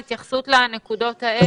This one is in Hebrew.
התייחסות לנקודות האלה.